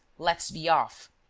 let's be off!